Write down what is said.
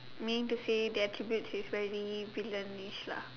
mean to say the attributes is very villain ish lah